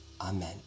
Amen